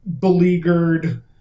beleaguered